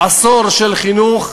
עשור של חינוך,